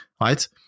right